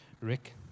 Rick